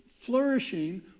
flourishing